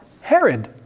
Herod